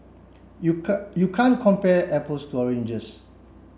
you you can't compare apples to oranges